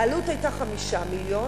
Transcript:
העלות היתה 5 מיליון.